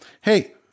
Hey